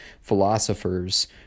philosophers